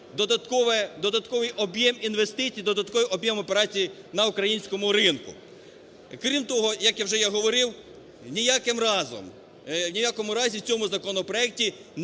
додатковий об'єм інвестицій, додатковий об'єм операцій на українському ринку. І крім того, як я вже говорив, ні в якому разі в цьому законопроекті